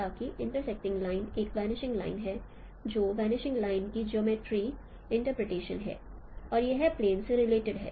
ताकि intersecting line एक vanishing line है जो वनिशिंग लाइन की जियोमर्ट्री इंटरप्रिटेशन है और यह प्लेन से रिलेटेड है